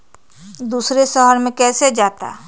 दूसरे शहर मे कैसे जाता?